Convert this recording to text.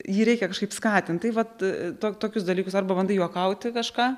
jį reikia kažkaip skatint tai vat to tokius dalykus arba bandai juokauti kažką